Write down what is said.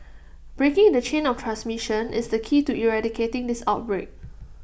breaking the chain of transmission is the key to eradicating this outbreak